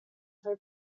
her